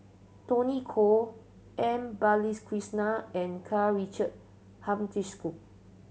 Tony Khoo M Balakrishnan and Karl Richard